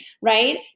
right